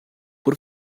por